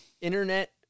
Internet